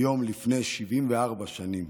היום לפני 74 שנים.